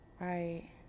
Right